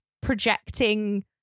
projecting